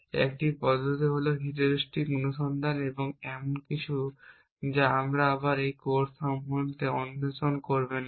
একটি পদ্ধতি হল হিউরিস্টিক অনুসন্ধান এবং এটি এমন কিছু যা আপনি আবার এই কোর্সে অন্বেষণ করবেন না